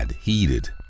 heeded